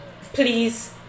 please